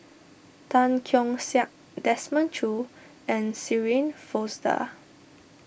Tan Keong Saik Desmond Choo and Shirin Fozdar